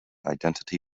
identity